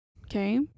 okay